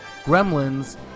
Gremlins